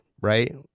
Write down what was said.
right